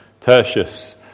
Tertius